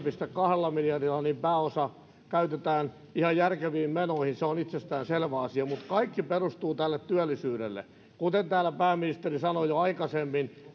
kahdella miljardilla niin pääosa käytetään ihan järkeviin menoihin se on itsestäänselvä asia mutta kaikki perustuu tälle työllisyydelle kuten täällä pääministeri sanoi jo aikaisemmin